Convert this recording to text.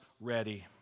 ready